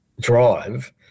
drive